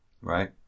right